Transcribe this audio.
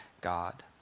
God